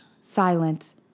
silent